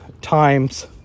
times